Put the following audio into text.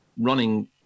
running